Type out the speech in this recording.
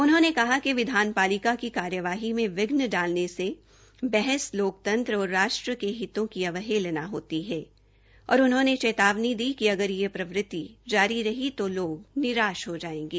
उन्होंने कहा कि विधानपालिका की कार्यवाही में विघ्न डालने से बहस लोकतंत्र और राष्ट्र के हितों की अवहेलना होती है और उन्होंने चेतावनी दी कि अगर यह प्रवृत्ति जारी रही तो लोक निराष हो जायेंगे